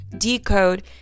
decode